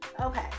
Okay